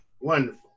Wonderful